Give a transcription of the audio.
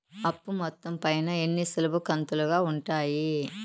అప్పు మొత్తం పైన ఎన్ని సులభ కంతులుగా ఉంటాయి?